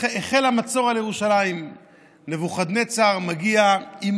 היום שבו החל המצור על ירושלים ונבוכדנצר הגיע עם